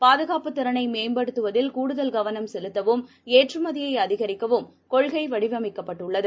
பாதுகாப்புத் திறனைமேம்படுத்துவதில் கூடுதல் கவனம் செலுத்தவும் ஏற்றுமதியைஅதிகரிக்கவும் கொள்கைவடிவமைக்கப்பட்டுள்ளது